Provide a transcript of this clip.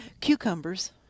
Cucumbers